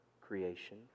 creation